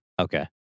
Okay